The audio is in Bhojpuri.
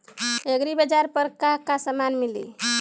एग्रीबाजार पर का का समान मिली?